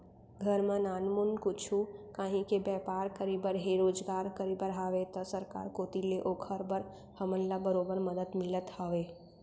घर म नानमुन कुछु काहीं के बैपार करे बर हे रोजगार करे बर हावय त सरकार कोती ले ओकर बर हमन ल बरोबर मदद मिलत हवय